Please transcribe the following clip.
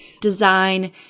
design